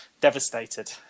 devastated